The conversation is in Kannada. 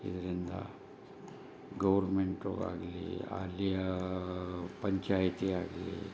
ಇದರಿಂದ ಗೌರ್ಮೆಂಟು ಆಗಲಿ ಅಲ್ಲಿಯ ಪಂಚಾಯತಿ ಆಗಲಿ